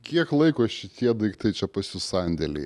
kiek laiko šitie daiktai čia pas jus sandėly